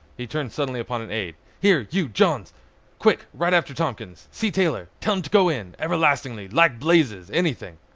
he turned suddenly upon an aide here you jones quick ride after tompkins see taylor tell him t' go in everlastingly like blazes anything.